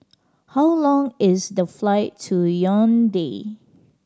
how long is the flight to Yaounde